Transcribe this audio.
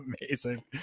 amazing